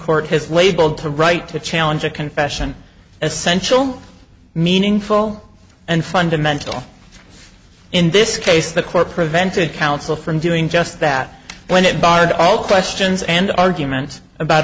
court has labeled to right to challenge a confession essential meaningful and fundamental in this case the court prevented counsel from doing just that when it barred all questions and arguments about